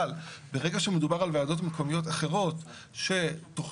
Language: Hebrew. אבל ברגע שמדובר על ועדות מקומיות אחרות שמבנה